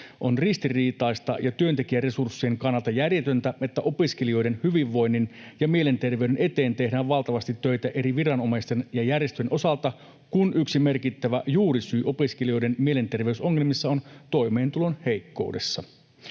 On ristiriitaista ja työntekijäresurssien kannalta järjetöntä, että opiskelijoiden hyvinvoinnin ja mielenterveyden eteen tehdään valtavasti töitä eri viranomaisten ja järjestöjen osalta, kun yksi merkittävä juurisyy opiskelijoiden mielenter-veysongelmissa on toimeentulon heikkoudessa.